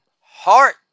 heart